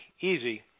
easy